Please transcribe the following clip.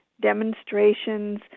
demonstrations